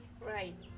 Right